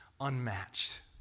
unmatched